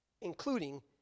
including